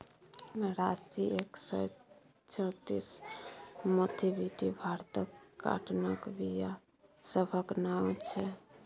राशी एक सय चौंतीस, मोथीबीटी भारतक काँटनक बीया सभक नाओ छै